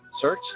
Search